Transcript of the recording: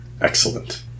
Excellent